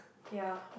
ya